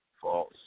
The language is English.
false